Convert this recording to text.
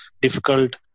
difficult